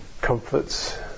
comforts